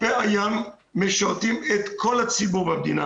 חופי הים משרתים את כל הציבור במדינה